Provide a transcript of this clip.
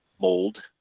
mold